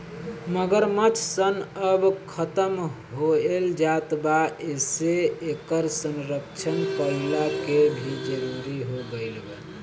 मगरमच्छ सन अब खतम होएल जात बा एसे इकर संरक्षण कईला के भी जरुरत हो गईल बा